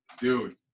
Dude